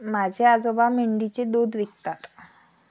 माझे आजोबा मेंढीचे दूध विकतात